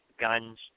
guns